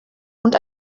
und